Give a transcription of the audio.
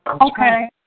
Okay